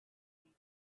night